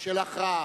של הכרעה,